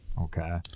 Okay